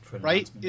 right